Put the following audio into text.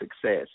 success